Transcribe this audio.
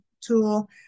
tool